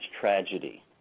tragedy